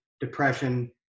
depression